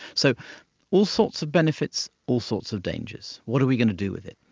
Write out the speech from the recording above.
so all sorts of benefits, all sorts of dangers. what are we going to do with it?